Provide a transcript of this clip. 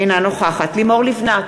אינה נוכחת לימור לבנת,